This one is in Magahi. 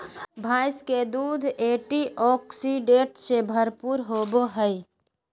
भैंस के दूध एंटीऑक्सीडेंट्स से भरपूर होबय हइ